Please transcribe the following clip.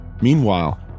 Meanwhile